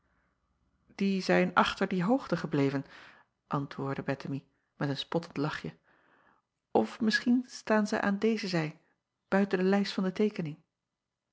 ie zijn achter die hoogte gebleven antwoordde ettemie met een spottend lachje of misschien staan zij aan deze zij buiten de lijst van de teekening